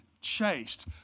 Chased